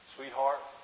Sweetheart